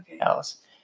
else